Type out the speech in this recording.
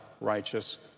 righteous